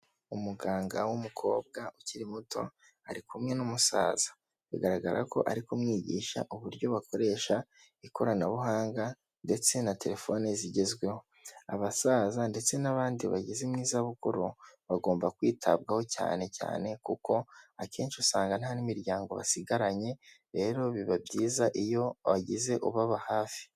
Umuganga w'umukobwa ukiri muto, ari kumwe n'umusaza. Bigaragara ko ari kumwigisha uburyo bakoresha ikoranabuhanga ndetse na terefone zigezweho. Abasaza ndetse n'abandi bageze mu zabukuru bagomba kwitabwaho cyane cyane kuko akenshi usanga nta n'imiryango basigaranye, rero biba byiza iyo bagize ubaba hafi.